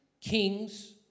kings